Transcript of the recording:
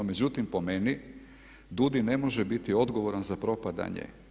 Međutim, po meni DUUDI ne može biti odgovoran za propadanje.